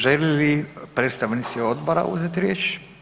Žele li predstavnici odbora uzeti riječ?